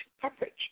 coverage